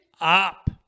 up